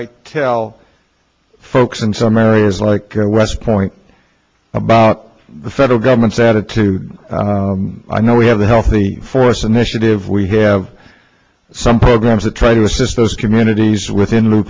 i tell folks in some areas like west point about the federal government's attitude i know we have a healthy forest initiative we have some programs to try to assist those communities within the